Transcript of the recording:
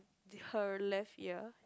her left ear